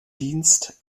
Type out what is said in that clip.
dienst